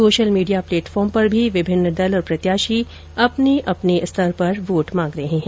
social media platform पर भी विभिन्न दल और प्रत्याशी अपने अपने स्तर पर वोट मांग रहे हैं